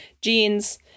jeans